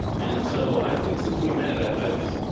and so i think, since we met, i've